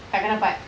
tak akan dapat